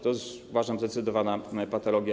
To jest, uważam, zdecydowana patologia.